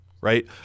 right